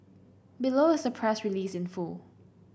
below is the press release in full